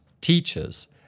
teachers